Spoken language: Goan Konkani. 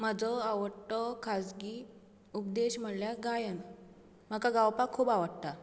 म्हाजो आवडटो खाजगी उपदेश म्हणल्यार गायन म्हाका गावपाक खूब आवडटा